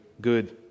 good